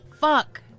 Fuck